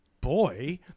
Boy